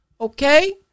okay